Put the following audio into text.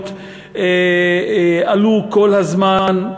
גירעונות עלו כל הזמן.